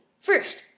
first